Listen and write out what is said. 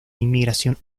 inmigración